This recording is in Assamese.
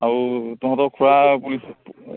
আৰু তহঁতৰ খুৰা